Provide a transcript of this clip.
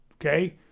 Okay